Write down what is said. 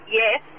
yes